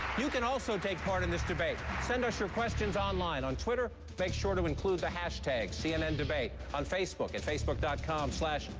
you can also take part in this debate. send us your questions online on twitter. make sure to include the hashtag cnndebate on facebook and facebook com so